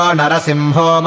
narasimho